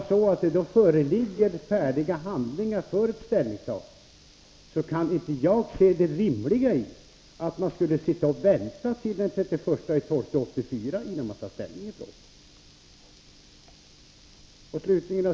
Skulle det då föreligga färdiga handlingar för ett ställningstagande kan inte jag se det rimliga i att man skulle vänta till den 31 december 1984 innan man tar ställning i frågan.